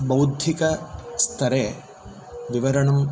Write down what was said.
बौद्धिकस्तरे विवरणं